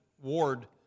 ward